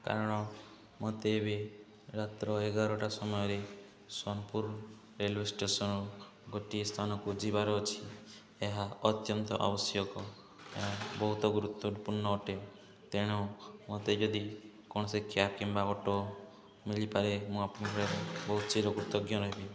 କାରଣ ମୋତେ ଏବେ ରାତ୍ର ଏଗାରଟା ସମୟରେ ସୋନପୁର ରେଲୱେ ଷ୍ଟେସନ୍ ଗୋଟିଏ ସ୍ଥାନକୁ ଯିବାର ଅଛି ଏହା ଅତ୍ୟନ୍ତ ଆବଶ୍ୟକ ଏହା ବହୁତ ଗୁରୁତ୍ୱପୂର୍ଣ୍ଣ ଅଟେ ତେଣୁ ମୋତେ ଯଦି କୌଣସି କ୍ୟାବ୍ କିମ୍ବା ଅଟୋ ମିଳିପାରେ ମୁଁ ଆପଣଙ୍କ ବହୁତ ଚିର କୃତଜ୍ଞ ରହବି